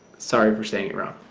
sorry for saying wrong,